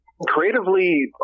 creatively